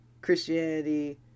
Christianity